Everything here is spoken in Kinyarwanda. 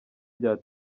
rya